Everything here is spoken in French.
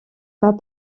pas